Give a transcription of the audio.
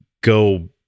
go